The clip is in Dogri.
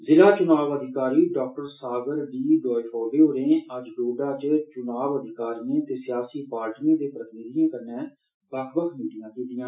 जिला च्नाव अधिकारी डाक्टर सागर डी डायफोडे होरें अज्ज डोडा ज चुनाव अधिकारियें ते सियासी पार्टियें दे प्रतिनिधियें कन्नै बक्ख बक्ख मीटिंगां कीतियां